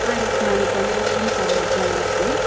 ஆ yes ma'am இப்போ வந்து இங்கே ரூம்ஸ் அவைலபுலாதான் இருக்கு